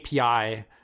API